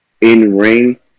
in-ring